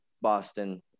Boston